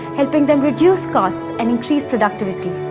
helping them reduce costs and increase productivity.